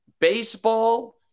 baseball